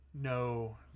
No